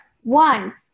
One